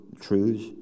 truths